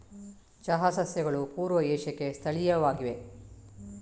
ಚಹಾ ಸಸ್ಯಗಳು ಪೂರ್ವ ಏಷ್ಯಾಕ್ಕೆ ಸ್ಥಳೀಯವಾಗಿವೆ